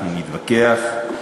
אנחנו נתווכח.